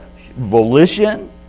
volition